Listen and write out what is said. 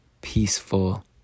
peaceful